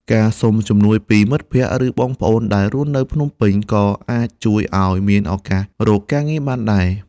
ការសុំជំនួយពីមិត្តភក្តិ ឬបងប្អូនដែលរស់នៅភ្នំពេញ ក៏អាចជួយឲ្យមានឱកាសរកការងារបានដែរ។